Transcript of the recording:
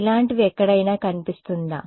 ఇలాంటివి ఎక్కడైనా కనిపిస్తుందా